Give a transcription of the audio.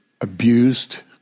abused